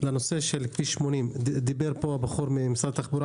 לנושא של כביש 80. דיבר פה הבחור ממשרד התחבורה